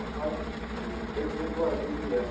आमफाय बेसे गुवार बे बिलोआ